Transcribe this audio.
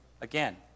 again